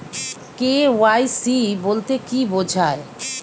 KYC বলতে কি বোঝায়?